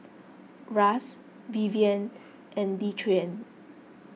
Ras Vivien and Dequan